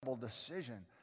decision